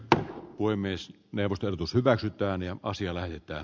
tähän voi myös neuvottelut us hyväksytään ja asia lähetetään